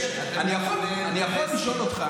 אני יכול לשאול אותך,